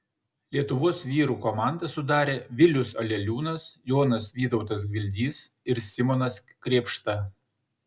lietuvos vyrų komandą sudarė vilius aleliūnas jonas vytautas gvildys ir simonas krėpšta